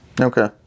Okay